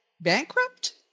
bankrupt